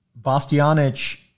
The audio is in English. Bastianich